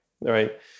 right